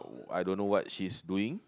oh I don't know what she's doing